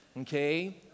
Okay